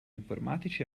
informatici